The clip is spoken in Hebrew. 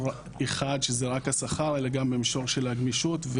אחד שזה רק השכר אלא גם במישור של הגמישות.